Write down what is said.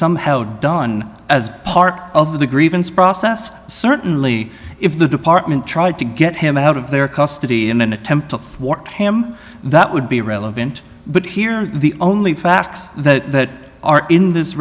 somehow done as part of the grievance process certainly if the department tried to get him out of their custody in an attempt to thwart him that would be relevant but here the only facts that are in this